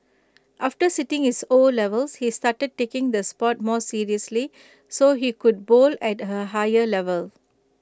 after sitting his O levels he started taking the Sport more seriously so he could bowl at her higher level